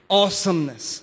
awesomeness